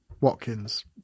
Watkins